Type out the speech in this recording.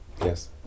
Yes